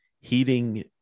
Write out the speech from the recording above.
heating